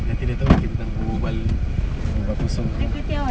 nanti dia tahu kita datang berbual berapa sam~